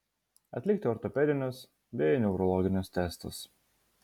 atlikti ortopedinius bei neurologinius testus